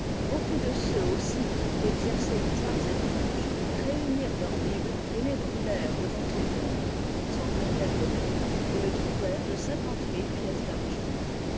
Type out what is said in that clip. beaucoup de ceux aussi qui exerçaient des arts étranges réunirent leurs bibles et les brûlèrent devant tout le monde ils en comptèrent le prix et le trouvèrent de cinquante mille pièces d'argent